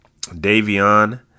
Davion